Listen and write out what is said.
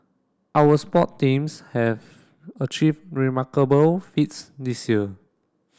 our sport teams have achieved remarkable feats this year